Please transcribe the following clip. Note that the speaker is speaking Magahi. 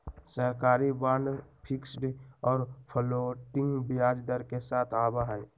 सरकारी बांड फिक्स्ड और फ्लोटिंग ब्याज दर के साथ आवा हई